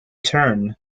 turn